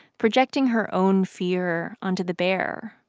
projecting her own fear onto the bear.